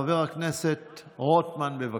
חבר הכנסת רוטמן, בבקשה.